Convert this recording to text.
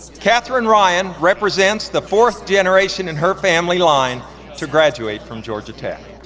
katherine ryan represents the fourth generation in her family line to graduate from georgia tech.